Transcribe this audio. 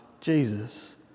Jesus